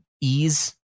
ease